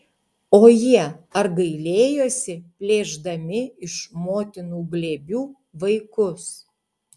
o jie ar gailėjosi plėšdami iš motinų glėbių vaikus